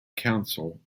council